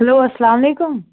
hello السلام علیکُم